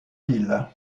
ville